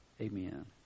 Amen